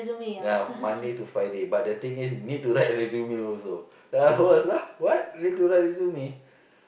ya Monday to Friday but the thing is we need to write resume also then I was what need to write resume